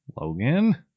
Logan